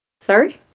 Sorry